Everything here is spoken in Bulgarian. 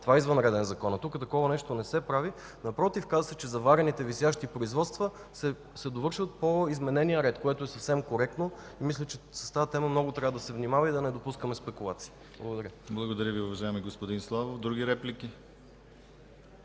го конфискува, а тук такова нещо не се прави. Напротив, казва се, че заварените висящи производства се довършват по изменения ред, което е съвсем коректно. Мисля, че с тази тема много трябва да се внимава и да не допускаме спекулации. Благодаря. ПРЕДСЕДАТЕЛ ДИМИТЪР ГЛАВЧЕВ: Благодаря Ви, уважаеми господин Славов. Други реплики?